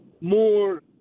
more